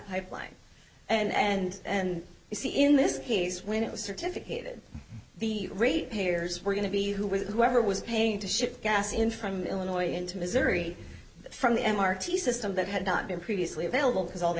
pipeline and and you see in this case when it was certificate the rate payers were going to be who was whoever was paying to ship gas in from illinois into missouri from the m r t system that had not been previously available because all they